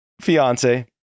fiance